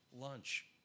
lunch